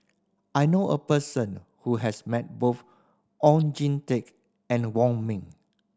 I know a person who has met both Oon Jin Teik and Wong Ming